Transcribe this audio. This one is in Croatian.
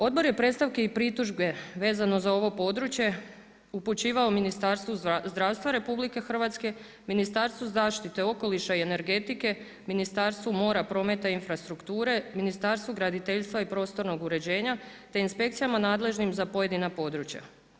Odbor je predstavke i pritužbe vezano za ovo područje upućivao Ministarstvu zdravstva RH, Ministarstvu zaštite okoliša i energetike, Ministarstvu mora, prometa i infrastrukture, Ministarstvu graditeljstva i prostornog uređenja te inspekcijama nadležnim za pojedina područja.